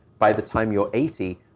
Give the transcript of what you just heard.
by the time you're eighty,